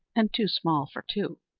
and too small for two.